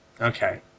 Okay